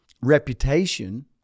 reputation